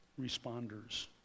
responders